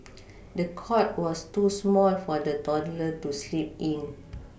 the cot was too small for the toddler to sleep in